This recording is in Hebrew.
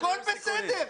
הכול בסדר,